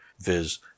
viz